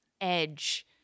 edge